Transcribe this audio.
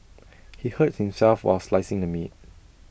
he hurt himself while slicing the meat